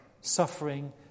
suffering